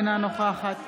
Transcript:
אינה נוכחת